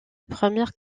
première